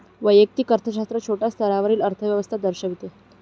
वैयक्तिक अर्थशास्त्र छोट्या स्तरावरील अर्थव्यवस्था दर्शविते